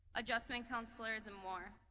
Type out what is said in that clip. adjustment counselors, and more.